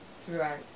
throughout